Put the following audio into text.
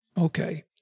Okay